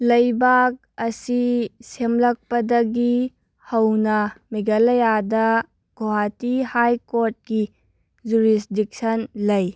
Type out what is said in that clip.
ꯂꯩꯕꯥꯛ ꯑꯁꯤ ꯁꯦꯝꯂꯛꯄꯗꯒꯤ ꯍꯧꯅ ꯃꯦꯒꯥꯂꯌꯥꯗ ꯒꯨꯍꯥꯇꯤ ꯍꯥꯏ ꯀꯣꯔꯠꯀꯤ ꯖꯨꯔꯤꯁꯗꯤꯛꯁꯟ ꯂꯩ